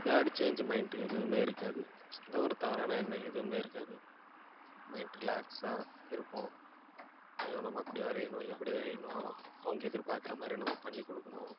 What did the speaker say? pad change mind எதுவும் இருக்காது ஏதோ ஒரு தவறான எண்ணம் எதுவும் இருக்காது மைண்ட் ரிலாக்ஸாக இருக்கும் ஐயோ நம்ம அப்படி வரையணும் இப்படி வரையணும் அவங்க எதிர்பார்க்கற மாதிரி நம்ம பண்ணிக் கொடுக்கணும்